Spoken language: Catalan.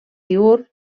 diürn